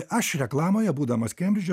aš reklamoje būdamas kembridže